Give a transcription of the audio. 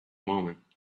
moment